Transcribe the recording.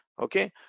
Okay